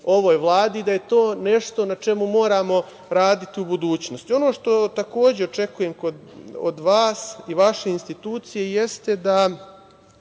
ovoj Vladi i da je to nešto na čemu moramo raditi u budućnosti. Ono što takođe očekujem od vas i vaše institucije jeste da